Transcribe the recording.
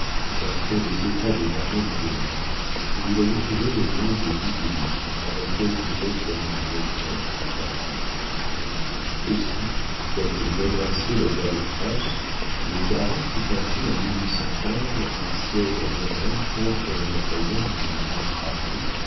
d'après les états des armées vendéennes où il avait trouvé le nom de du guénic avec quelques autres noms bretons en ic aussi comme pour remercier le roi de france le baron soutint il en un siége à guérande contre les bataillons du général travot